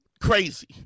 crazy